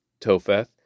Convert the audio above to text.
Topheth